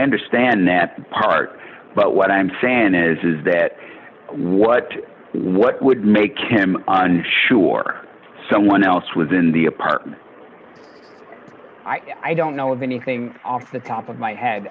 understand that part but what i'm saying is that what what would make him sure someone else within the apartment i don't know of anything off the top of my head